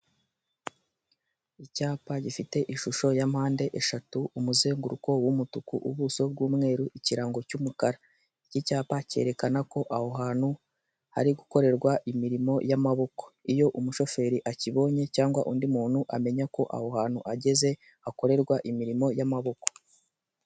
Icyapa gifite ishusho ya mpande eshatu, umuzenguruko w'umutuku, ubuso bw'umweru, ikirango cy'umukara. Iki cyapa cyerekana ko aho hantu hari gukorerwa imirimo y'amaboko, iyo umushoferi akibonye cyangwa undi muntu amenya ko aho hantu ageze hakorerwa imirimo y'amaboko.